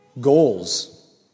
goals